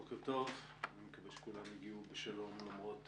בוקר טוב, אני מקווה שכולם הגיעו בשלום למרות